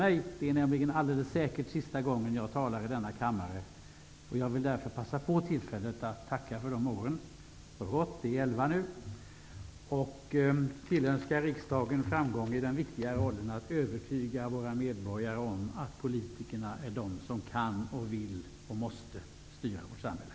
Det här är nämligen alldeles säkert sista gången som jag talar i denna kammare. Jag vill därför passa på tillfället att tacka för de elva år som har gått och tillönska riksdagen framgång i den viktiga rollen att övertyga våra medborgare om att politikerna är de som kan, vill och måste styra vårt samhälle.